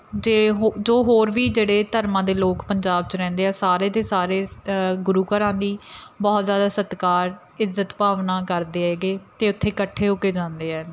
ਜੇ ਹੋ ਜੋ ਹੋਰ ਵੀ ਜਿਹੜੇ ਧਰਮਾਂ ਦੇ ਲੋਕ ਪੰਜਾਬ 'ਚ ਰਹਿੰਦੇ ਆ ਸਾਰੇ ਦੇ ਸਾਰੇ ਗੁਰੂ ਘਰਾਂ ਦੀ ਬਹੁਤ ਜ਼ਿਆਦਾ ਸਤਿਕਾਰ ਇੱਜ਼ਤ ਭਾਵਨਾ ਕਰਦੇ ਹੈਗੇ ਅਤੇ ਉੱਥੇ ਇਕੱਠੇ ਹੋ ਕੇ ਜਾਂਦੇ ਹੈ